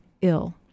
ill